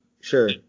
sure